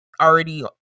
already